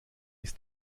ist